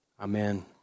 Amen